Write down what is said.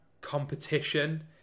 competition